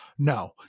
No